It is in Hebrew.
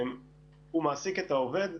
הוא מעסיק את העובד.